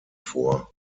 vor